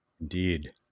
Indeed